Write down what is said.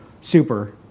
Super